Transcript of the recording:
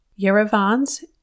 Yerevan's